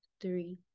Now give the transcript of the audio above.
three